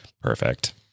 perfect